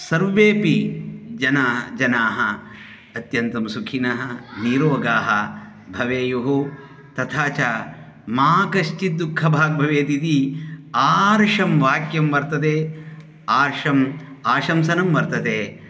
सर्वेपि जना जनाः अत्यन्तं सुखिनः नीरोगाः भवेयुः तथा च मा कश्चित् दुःखभाग् भवेत् इति आर्षं वाक्यं वर्तते आर्षं आशंसनं वर्तते